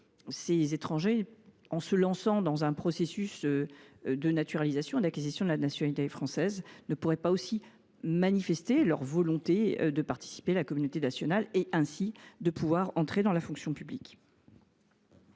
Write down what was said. ces étrangers, en se lançant dans un processus de naturalisation, d’acquisition de la nationalité française, ne pouvaient pas aussi manifester leur volonté de participer à la communauté nationale et ainsi pouvoir intégrer la fonction publique.